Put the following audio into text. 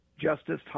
justice